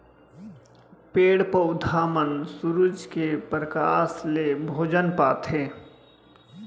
पेड़ पउधा मन सुरूज के परकास ले भोजन पाथें